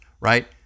right